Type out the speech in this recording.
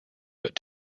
but